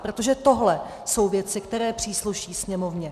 Protože tohle jsou věci, které přísluší Sněmovně.